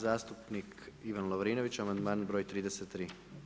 Zastupnik Ivan Lovrinović, amandman broj 33.